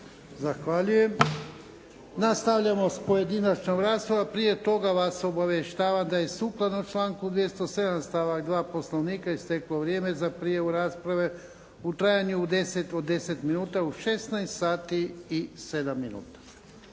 Zahvaljujem. Nastavljamo s pojedinačnom raspravom. Prije toga vas obavještavam da je sukladno članku 207. stavak 2. Poslovnika isteklo vrijeme za prijavu rasprave u trajanju od minuta u 16 sati i 7 minuta.